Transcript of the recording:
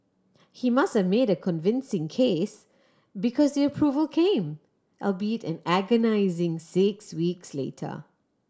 he must have made a convincing case because the approval came albeit an agonising six weeks later